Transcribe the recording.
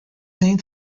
named